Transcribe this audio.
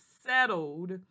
settled